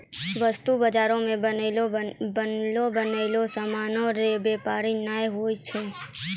वस्तु बजारो मे बनलो बनयलो समानो के व्यापार नै होय छै